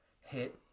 hit